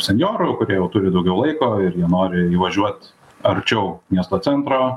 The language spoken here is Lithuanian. senjorų kurie jau turi daugiau laiko ir jie nori įvažiuot arčiau miesto centro